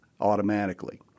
automatically